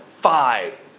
five